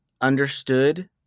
understood